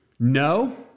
No